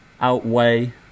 outweigh